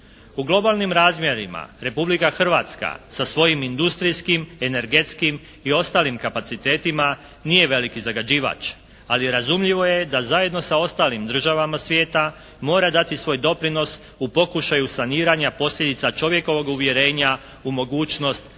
U globalnim razmjerima Republika Hrvatska sa svojim industrijskim, energetskim i ostalim kapacitetima nije veliki zagađivač, ali razumljivo je da zajedno sa ostalim državama svijeta mora dati svoj doprinos u pokušaju saniranja posljedica čovjekovog uvjerenja u mogućnost